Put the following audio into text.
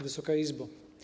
Wysoka Izbo!